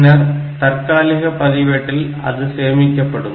பின்னர் தற்காலிக பதிவேட்டில் அது சேமிக்கப்படும்